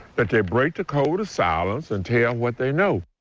but they breakb the code of silence and tell what they know.